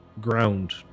ground